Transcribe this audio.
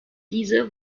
diese